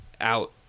out